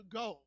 go